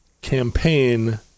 campaign